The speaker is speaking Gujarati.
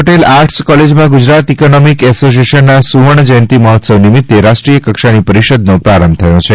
પટેલ આર્ટસ કોલેજમાં ગુજરાત ઇકોનોમિક એસોસીએશનના સુવર્ણજ્યંતિ મહોત્સવ નિમિતે રાષ્ટ્રીયકક્ષાની પરિષદનો પ્રારંભ થયો છે